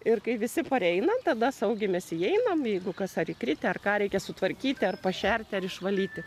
ir kai visi pareina tada saugiai mes įeinam jeigu kas ar įkritę ar ką reikia sutvarkyti ar pašerti ar išvalyti